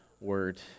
word